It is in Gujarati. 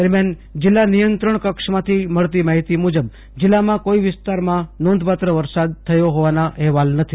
દરમિયાન જિલ્લા નિયંત્રણ કક્ષામાથી મળતી માહિતી મુજબ જિલ્લામાં કોઈ વિસ્તારમાં નોંધપાત્ર વરસાદ થયો હોવાના અહેવાલ નથી